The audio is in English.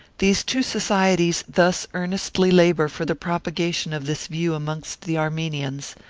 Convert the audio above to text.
these two societies thus earnestly labour for the propagation of this view amongst the armenians,